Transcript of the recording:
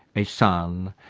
a son,